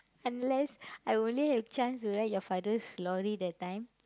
unless I only have chance to ride your father's lorry that time